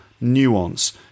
nuance